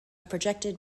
projected